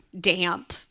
Damp